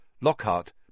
Lockhart